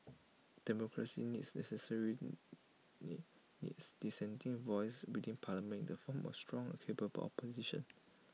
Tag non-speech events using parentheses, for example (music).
democracy needs necessarily (unintelligible) needs dissenting voices within parliament in the form of A strong A capable opposition